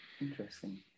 Interesting